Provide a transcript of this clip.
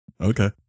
Okay